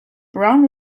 brown